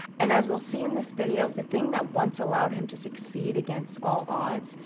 and as we'll see in this video, the thing that once allowed him to succeed against all odds,